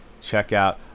checkout